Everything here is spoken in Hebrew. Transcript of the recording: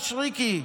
מישרקי?